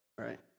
Right